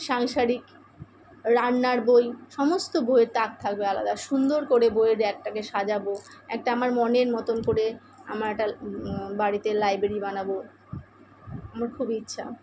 সাংসারিক রান্নার বই সমস্ত বইয়ের তাক থাকবে আলাদা সুন্দর করে বইয়ের র্যাকটাকে সাজাব একটা আমার মনের মতন করে আমার একটা বাড়িতে লাইব্রেরি বানাব আমার খুব ইচ্ছা